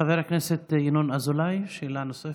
חבר הכנסת ינון אזולאי, שאלה נוספת.